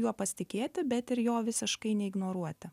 juo pasitikėti bet ir jo visiškai neignoruoti